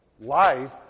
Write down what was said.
Life